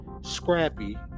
Scrappy